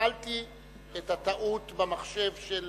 קיבלתי את טעות המחשב של